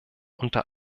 unter